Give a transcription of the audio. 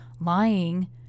lying